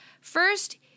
First